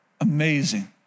Amazing